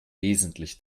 wesentlich